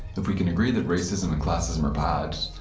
if we can agree that racism and classism are bad,